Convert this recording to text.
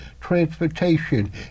transportation